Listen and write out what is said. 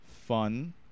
fun